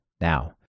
now